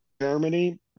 Germany